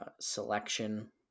selection